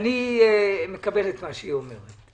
אני מקבל את מה שהיא אומרת.